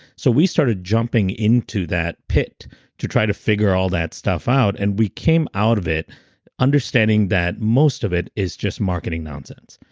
so we started jumping into that pit to try to figure all that stuff out and we came out of it understanding that most of it is just marketing nonsense.